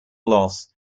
loss